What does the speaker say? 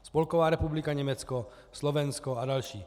Spolková republika Německo, Slovensko a další.